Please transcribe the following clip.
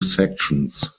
sections